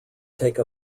take